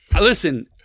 Listen